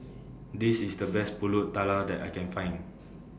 This IS The Best Pulut Tatal that I Can Find